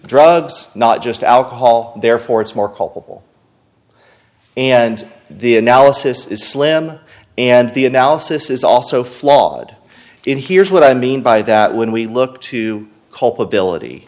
drugs not just alcohol therefore it's more culpable and the analysis is slim and the analysis is also flawed in here's what i mean by that when we look to culpability